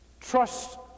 Trust